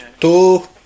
Two